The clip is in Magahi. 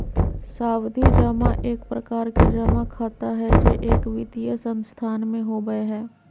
सावधि जमा एक प्रकार के जमा खाता हय जे एक वित्तीय संस्थान में होबय हय